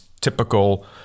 typical